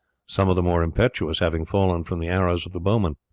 some of the more impetuous having fallen from the arrows of the bowmen.